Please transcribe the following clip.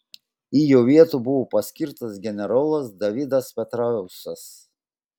į jo vietą buvo paskirtas generolas davidas petraeusas